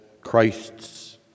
Christ's